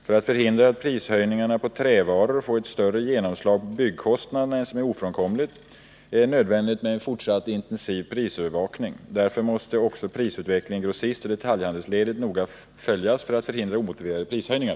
För att förhindra att prishöjningarna på trävaror får ett större genomslag på byggkostnaderna än som är ofrånkomligt är det nödvändigt med en fortsatt intensiv prisövervakning. Därvid måste också prisutvecklingen i grossistoch detaljhandelsledet noga följas för att förhindra omotiverade prishöjningar.